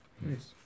Nice